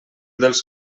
dels